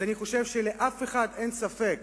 אז אני חושב שלאף אחד אין ספק